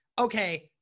okay